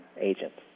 agents